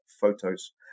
photos